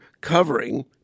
covering